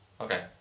okay